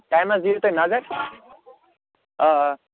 ٹایمَس دِیُو تُہۍ نظر آ آ